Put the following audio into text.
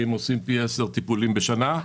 כי הן עושות פי 10 טיפולים בשנה.